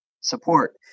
support